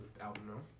album